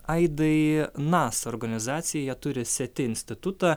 aidai nasa organizacija jie turi seti institutą